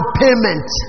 payment